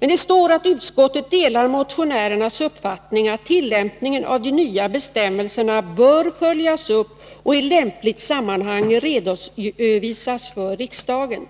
Det heter att utskottet delar motionärernas uppfattning att tillämpningen av de nya bestämmelserna bör följas upp och i lämpligt sammanhang redovisas för riksdagen.